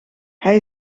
hij